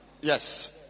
Yes